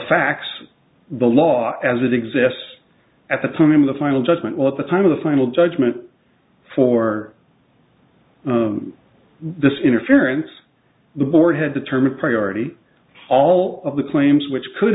facts the law as it exists at the time of the final judgment will at the time of the final judgment for this interference the board had determined priority all of the claims which could